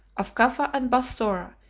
of cufa and bassora,